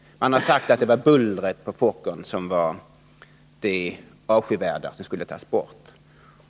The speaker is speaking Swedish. Man har sagt att det var bullret från Fokkern som var det avskyvärda och som skulle tas bort.